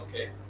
Okay